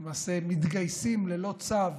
למעשה הם מתגייסים ללא צו